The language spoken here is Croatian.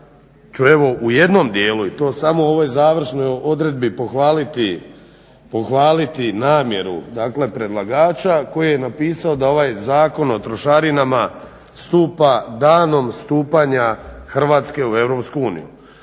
ću u jednom dijelu i to samo u ovoj završnoj odredbi pohvaliti namjeru predlagača koji je napisao da ovaj Zakon o trošarinama stupa danom stupanja Hrvatske u EU.